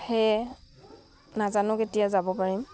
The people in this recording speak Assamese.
সেয়ে নাজানো কেতিয়া যাব পাৰিম